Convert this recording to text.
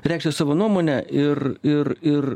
reikšti savo nuomonę ir ir ir